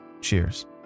Cheers